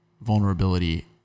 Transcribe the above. vulnerability